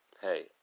hey